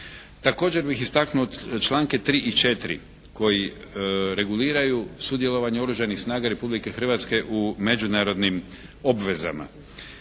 Također bih istaknuo članku 3. i 4. koji reguliraju sudjelovanje Oružanih snaga Republike Hrvatske u međunarodnim obvezama.